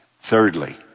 Thirdly